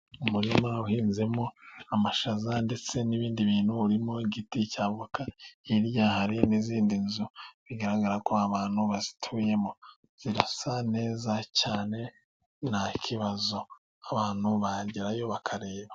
Umurima uhinzemo amashaza ndetse n'ibindi bintu. Urimo igiti cy'avoka, hirya hari n'izindi nzu bigaragara ko abantu bazituyemo. Zirasa neza cyane nta kibazo. Abantu bagerayo bakareba.